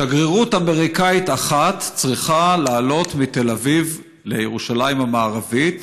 שגרירות אמריקנית אחת צריכה לעלות מתל אביב לירושלים המערבית